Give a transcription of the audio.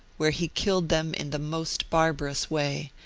where he killed them in the most barbarous way,